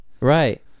right